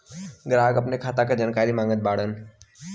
ग्राहक अपने खाते का जानकारी मागत बाणन?